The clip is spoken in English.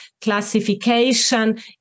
classification